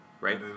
Right